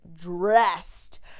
dressed